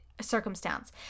circumstance